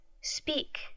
Speak